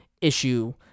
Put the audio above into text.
issue